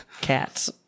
Cats